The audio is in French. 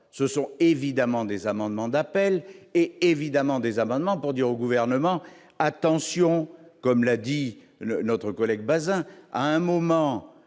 ce sont évidemment des amendements d'appel et évidemment des amendements pour dire au gouvernement : attention, comme l'a dit notre collègue Bazin, à un moment,